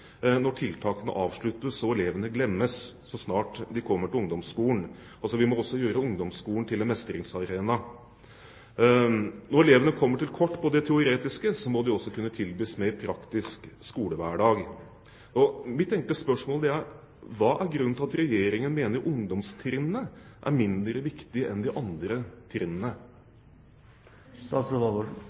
når tiltakene avsluttes og elevene glemmes så snart de kommer til ungdomsskolen. Altså må vi også gjøre ungdomsskolen til en mestringsarena. Når elevene kommer til kort i det teoretiske, må de også kunne tilbys en mer praktisk skolehverdag. Mitt enkle spørsmål er: Hva er grunnen til at Regjeringen mener ungdomstrinnet er mindre viktig enn de andre trinnene?